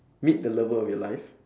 meet the lover of your life